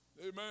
Amen